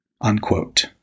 unquote